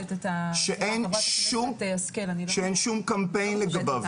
שאין שום קמפיין לגביו.